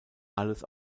alles